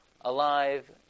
alive